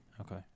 Okay